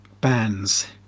bands